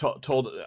told